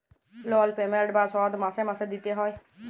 লল পেমেল্ট বা শধ মাসে মাসে দিইতে হ্যয়